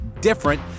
different